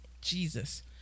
Jesus